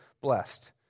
blessed